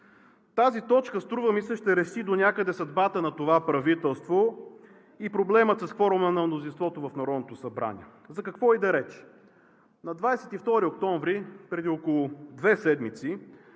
Тази точка, струва ми се, ще реши донякъде съдбата на това правителство и проблема с кворума на мнозинството в Народното събрание. За какво иде реч? На 22 октомври, преди около две седмици,